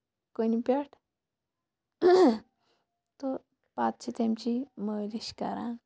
کُنہِ پٮ۪ٹھ تہٕ پَتہٕ چھِ تَمہِ چی مٲلِش کران